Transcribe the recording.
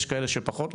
יש כאלה שפחות,